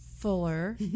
Fuller